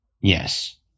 Yes